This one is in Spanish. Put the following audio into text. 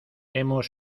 hemos